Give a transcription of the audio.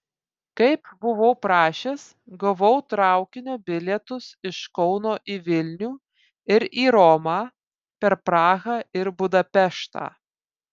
kaip buvau prašęs gavau traukinio bilietus iš kauno į vilnių ir į romą per prahą ir budapeštą